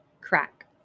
Crack